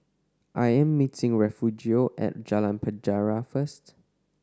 I am meeting Refugio at Jalan Penjara first